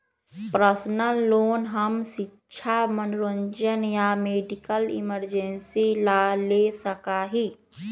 personal loan हम शिक्षा मनोरंजन या मेडिकल इमरजेंसी ला ले सका ही